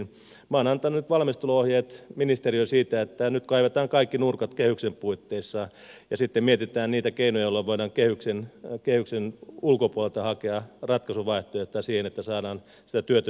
minä olen antanut nyt valmisteluohjeet ministeriöön siitä että nyt kaivetaan kaikki nurkat kehyksen puitteissa ja sitten mietitään niitä keinoja joilla voidaan kehyksen ulkopuolelta hakea ratkaisuvaihtoehtoja siihen että saadaan sitä työtä syntymään